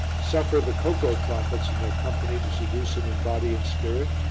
suffer the cocoa prophets and their company to seduce him in body and spirit,